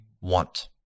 want